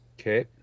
Okay